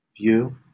View